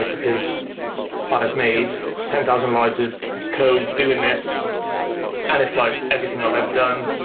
ah because i've made ten thousand lines of codes doing this and it's like everything i've ever done.